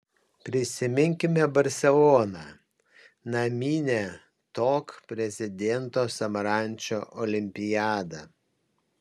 prisiminkime barseloną naminę tok prezidento samarančo olimpiadą